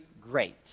great